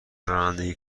رانندگی